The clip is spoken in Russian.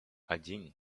один